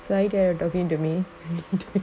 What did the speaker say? are you going talking to me